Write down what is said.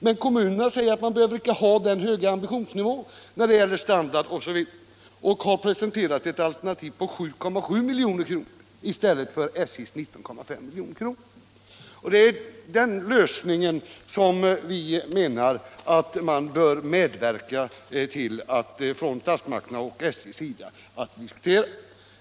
Men kommunerna säger att man inte behöver ha den höga ambitionsnivån när det gäller standard osv. och har presenterat ett alternativ på 7,7 milj.kr. i stället för SJ:s 19,5 milj.kr. Det är den lösningen som vi menar att statsmakterna och SJ bör vara med och diskutera.